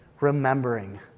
remembering